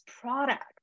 product